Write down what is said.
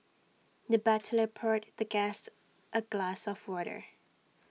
the butler poured the guest A glass of water